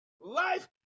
Life